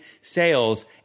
sales